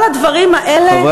כל הדברים האלה זהו תהליך,